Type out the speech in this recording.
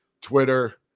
Twitter